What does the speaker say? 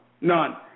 None